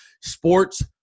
sports